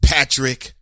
Patrick